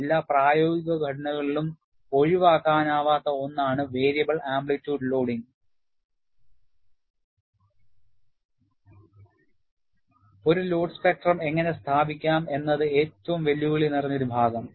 എല്ലാ പ്രായോഗിക ഘടനകളിലും ഒഴിവാക്കാനാവാത്ത ഒന്നാണ് വേരിയബിൾ ആംപ്ലിറ്റ്യൂഡ് ലോഡിംഗ്